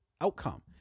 outcome